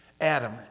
Adam